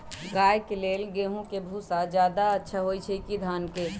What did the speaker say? गाय के ले गेंहू के भूसा ज्यादा अच्छा होई की धान के?